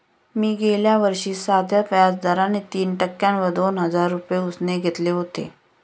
मी गेल्या वर्षी साध्या व्याज दराने तीन टक्क्यांवर दोन हजार रुपये उसने घेतले होते